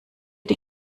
die